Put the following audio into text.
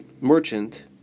merchant